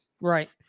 Right